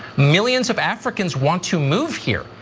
millions of africans want to move here.